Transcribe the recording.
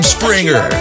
Springer